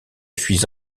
suis